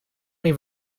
niet